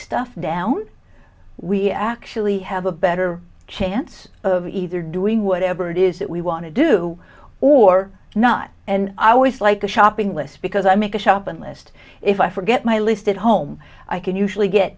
stuff down we actually have a better chance of either doing whatever it is that we want to do or not and i always like a shopping list because i make a shopping list if i forget my list at home i can usually get